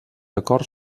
acords